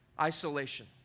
isolation